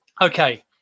Okay